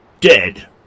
dead